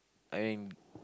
I mean